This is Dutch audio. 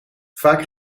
vaak